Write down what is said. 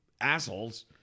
assholes